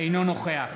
אינו נוכח